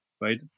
right